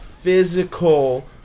physical